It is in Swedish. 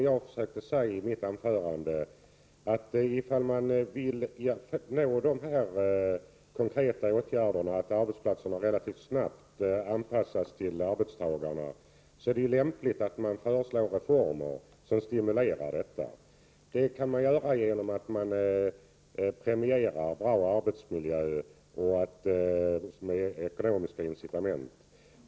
Jag försökte säga i mitt huvudanförande att om man relativt snabbt vill anpassa arbetsplatserna till arbetstagarna, är det lämpligt att genomföra reformer som stimulerar detta. Det kan man göra genom att premiera goda arbetsmiljöer med ekonomiska incitament.